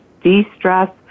de-stress